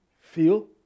feel